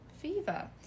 Fever